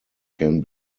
can